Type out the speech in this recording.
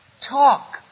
talk